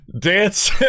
Dance